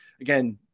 again